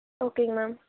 ஓகேங்க மேம்